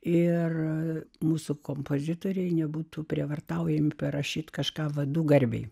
ir mūsų kompozitoriai nebūtų prievartaujami parašyti kažką vadų garbei